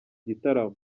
gitaramo